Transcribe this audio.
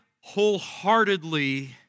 wholeheartedly